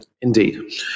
Indeed